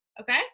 Okay